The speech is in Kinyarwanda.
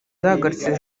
zahagaritse